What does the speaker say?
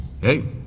Hey